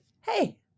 hey